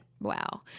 Wow